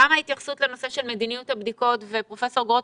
גם התייחסות לנושא מדיניות הבדיקות ופרופ' גרוטו,